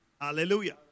Hallelujah